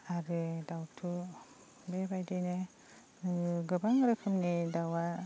आरो दाउथु बेबायदिनो गोबां रोखोमनि दाउआ